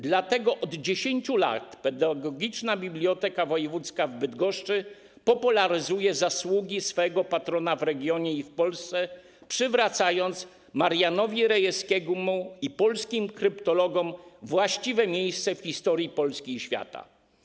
Dlatego od 10 lat Pedagogiczna Biblioteka Wojewódzka w Bydgoszczy popularyzuje zasługi swego patrona w regionie i w Polsce, przywracając Marianowi Rejewskiemu i polskim kryptologom właściwe miejsce w historii Polski i świata.